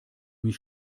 mich